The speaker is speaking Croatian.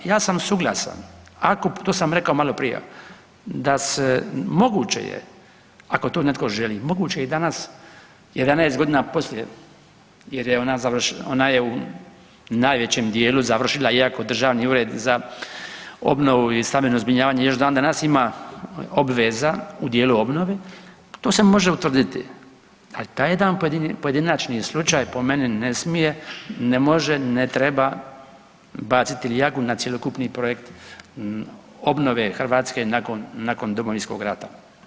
Ja sam suglasan, ako, to sam rekao maloprije, da se moguće je ako to netko želi, moguće je i danas 11 godina poslije jer je ona završila, ona je u najvećem dijelu završila iako Državni ured za obnovu i stambeno zbrinjavanje još dan danas ima obveza u dijelu obnove to se može utvrditi, ali taj jedan pojedinačni slučaj po meni ne smije, ne može, ne treba baciti ljagu na cjelokupni projekt obnove Hrvatske nakon Domovinskog rata.